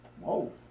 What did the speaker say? whoa